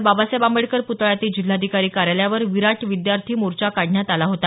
बाबासाहेब आंबेडकर प्तळा ते जिल्हाधिकारी कार्यालयवर विराट विद्यार्थी मोर्चा काढण्यात आला होता